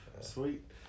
sweet